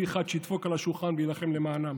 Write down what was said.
אחד שידפוק על השולחן ויילחם למענם.